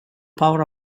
power